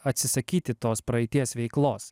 atsisakyti tos praeities veiklos